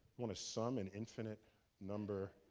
want to sum an infinite number,